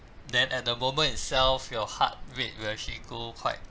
then at the moment itself your heart rate will actually go quite